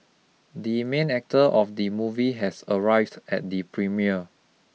the main actor of the movie has arrived at the premiere